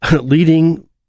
leading